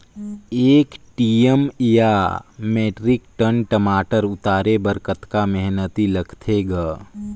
एक एम.टी या metric ton टमाटर उतारे बर कतका मेहनती लगथे ग?